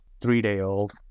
three-day-old